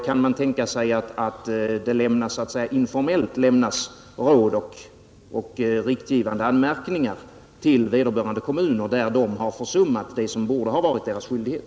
Kan det tänkas att det informellt lämnas råd och görs riktgivande anmärkningar till vederbörande kommuner där de försummat det som borde ha varit deras skyldighet?